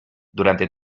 durante